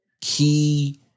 key